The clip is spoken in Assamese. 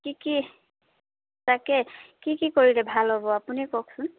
কি কি তাকেই কি কি কৰিলে ভাল হ'ব আপুনিয়েই কওকচোন